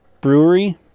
brewery